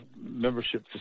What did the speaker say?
membership